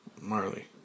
Marley